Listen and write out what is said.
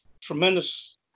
tremendous